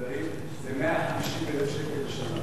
זה 150,000 שקל לשנה,